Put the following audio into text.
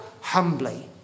humbly